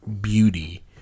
beauty